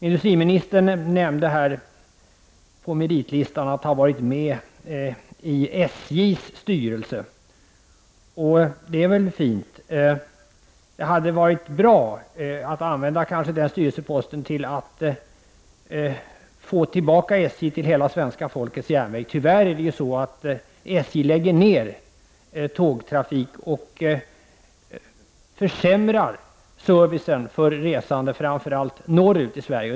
Industriministern nämnde på meritlistan att han varit med i SJs styrelse, och det är väl fint. Det hade kanske varit bra att använda den styrelseposten till att få tillbaka SJ som hela svenska folkets järnväg. Tyvärr lägger SJ ner tågtrafik och försämrar servicen för resande, framför allt norrut i Sverige.